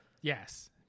Yes